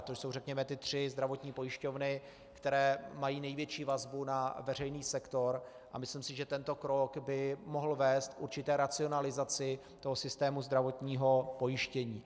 To jsou, řekněme, ty tři zdravotní pojišťovny, které mají největší vazbu na veřejný sektor, a myslím si, že tento krok by mohl vést k určité racionalizaci systému zdravotního pojištění.